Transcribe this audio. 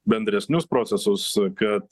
bendresnius procesus kad